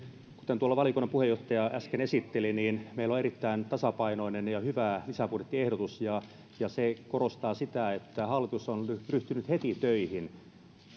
kuten tuolla valiokunnan puheenjohtaja äsken esitteli niin meillä on erittäin tasapainoinen ja hyvä lisäbudjettiehdotus se korostaa sitä että hallitus on ryhtynyt heti töihin